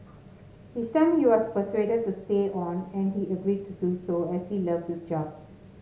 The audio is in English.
each time he was persuaded to stay on and he agreed to do so as he loves his job